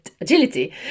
agility